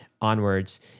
onwards